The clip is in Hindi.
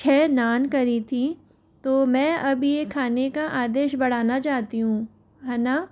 छः नान करी थी तो मैं यह अभी खाने का आदेश बढ़ाना चाहती हूँ है न